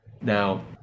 Now